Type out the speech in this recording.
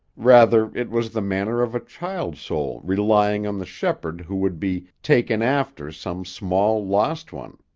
rather it was the manner of a child-soul relying on the shepherd who would be takin' after some small, lost one.